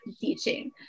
teaching